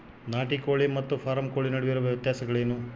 ನಾಟಿ ಕೋಳಿ ಮತ್ತು ಫಾರಂ ಕೋಳಿ ನಡುವೆ ಇರುವ ವ್ಯತ್ಯಾಸಗಳೇನು?